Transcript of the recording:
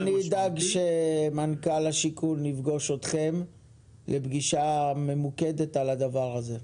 אני אדאג שמנכ"ל השיכון ייפגש איתכם לפגישה ממוקדת על הדבר הזה.